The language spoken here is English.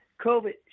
COVID